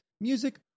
music